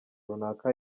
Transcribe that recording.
runaka